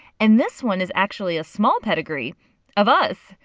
and this one is actually a small pedigree of us!